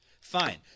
Fine